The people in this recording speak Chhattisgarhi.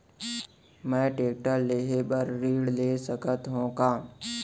मैं टेकटर लेहे बर ऋण ले सकत हो का?